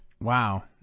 Wow